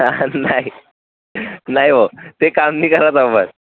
नाही नाही भाऊ ते काम नाही करत आपण